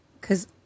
Cause